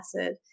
acid